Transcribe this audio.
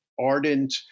ardent